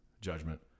judgment